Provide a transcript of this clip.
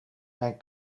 mijn